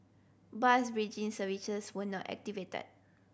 bus bridging services were not activated